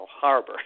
Harbor